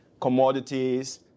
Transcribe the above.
Commodities